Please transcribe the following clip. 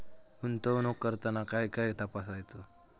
गुंतवणूक करताना काय काय तपासायच?